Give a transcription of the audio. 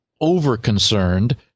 over-concerned